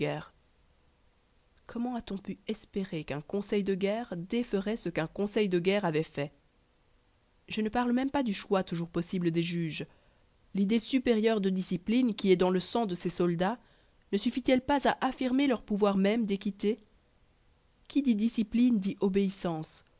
comment a-t-on pu espérer qu'un conseil de guerre déferait ce qu'un conseil de guerre avait fait je ne parle même pas du choix toujours possible des juges l'idée supérieure de discipline qui est dans le sang de ces soldats ne suffit-elle à infirmer leur pouvoir d'équité qui dit discipline dit obéissance